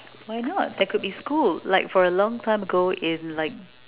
why not there could be school like for a long term goal in like